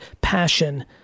passion